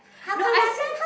no as in